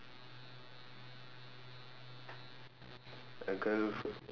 a girl